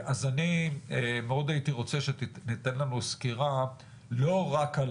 אז מאוד הייתי רוצה שתינתן לנו סקירה לא רק על